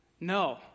No